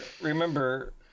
remember